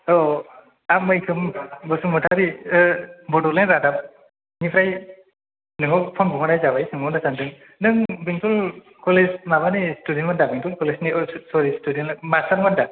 औ आं मैखोम बसुमथारि बड'लेण्ड रादाबनिफ्राय नोंनाव फन बुहरनाय जाबाय सोंहरनो सानदों नों बेंथल कलेज माबानि सिथुदेन्टमोन दा बेंथल कलेजनि सरि सिथुदेन्ट मास्थार मोन दा